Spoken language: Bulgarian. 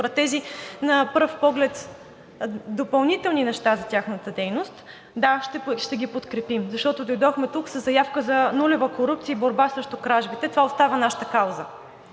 тези на пръв поглед допълнителни неща за тяхната дейност – да, ще ги подкрепим, защото дойдохме тук със заявка за нулева корупция и за борба срещу кражбите. Това остава наша кауза.